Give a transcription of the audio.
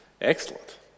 Excellent